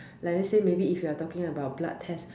like let's say if we talking about blood test